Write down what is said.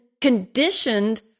conditioned